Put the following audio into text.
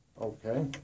Okay